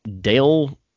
Dale